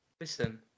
Listen